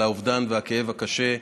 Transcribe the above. על האובדן והכאב הקשה,